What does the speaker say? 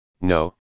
no